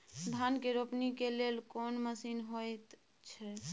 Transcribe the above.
धान के रोपनी के लेल कोन मसीन होयत छै?